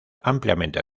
ampliamente